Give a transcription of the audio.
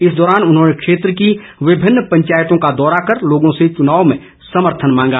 इस दौरान उन्होंने क्षेत्र की विभिन्न पंचायतों का दौरा कर लोगों से चुनाव में समर्थन मांगा